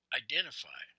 identify